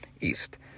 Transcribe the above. east